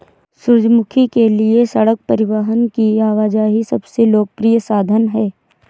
सूरजमुखी के लिए सड़क परिवहन की आवाजाही सबसे लोकप्रिय साधन है